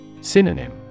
Synonym